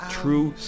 true